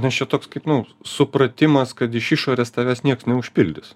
nes čia toks kaip nu supratimas kad iš išorės tavęs nieks neužpildys